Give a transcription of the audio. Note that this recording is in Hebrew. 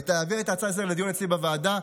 להעביר את ההצעה לסדר-היום לדיון אצלי בוועדה.